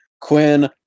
Quinn